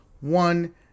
One